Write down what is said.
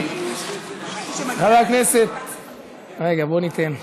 חבר הכנסת, רגע, בוא ניתן,